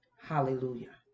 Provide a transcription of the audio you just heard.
Hallelujah